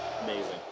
Amazing